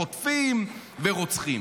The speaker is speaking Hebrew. חוטפים ורוצחים.